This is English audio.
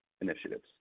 initiatives